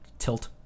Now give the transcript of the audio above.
tilt